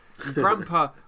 Grandpa